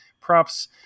props